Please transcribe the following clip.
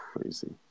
crazy